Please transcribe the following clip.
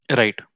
right